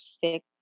sick